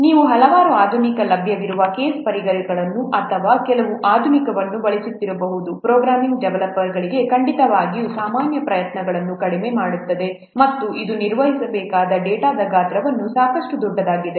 ನೀವು ಹಲವಾರು ಆಧುನಿಕ ಲಭ್ಯವಿರುವ ಕೇಸ್ ಪರಿಕರಗಳನ್ನು ಅಥವಾ ಕೆಲವು ಆಧುನಿಕವನ್ನು ಬಳಸುತ್ತಿರಬಹುದು ಪ್ರೋಗ್ರಾಮಿಂಗ್ ಡೆವಲಪರ್ಗಳಿಗೆ ಖಂಡಿತವಾಗಿಯೂ ಸಾಮಾನ್ಯ ಪ್ರಯತ್ನಗಳನ್ನು ಕಡಿಮೆ ಮಾಡುತ್ತದೆ ಮತ್ತು ಇದು ನಿರ್ವಹಿಸಬೇಕಾದ ಡೇಟಾದ ಗಾತ್ರವು ಸಾಕಷ್ಟು ದೊಡ್ಡದಾಗಿದೆ